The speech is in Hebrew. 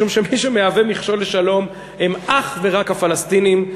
משום שמי שמהווה מכשול לשלום הם אך ורק הפלסטינים,